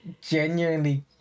genuinely